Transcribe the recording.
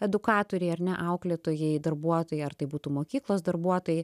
edukatoriai ar ne auklėtojai darbuotojai ar tai būtų mokyklos darbuotojai